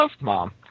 mom